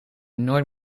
nooit